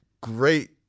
great